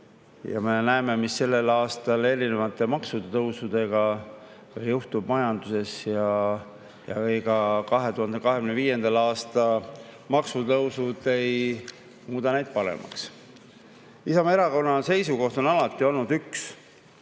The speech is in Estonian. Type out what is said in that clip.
ja me näeme, mis sellel aastal erinevate maksutõusude tõttu juhtub majanduses, ning ka 2025. aasta maksutõusud ei muuda [midagi] paremaks. Isamaa Erakonna seisukoht on alati olnud üks: